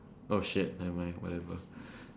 oh shit never mind whatever